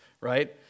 right